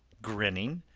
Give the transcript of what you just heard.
grinning,